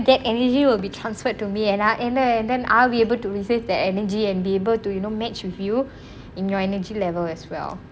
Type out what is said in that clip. that energy will be transferred to me and I am and then I'll be able to resist that energy and be able to you know match with you in your energy level as well